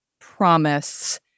promise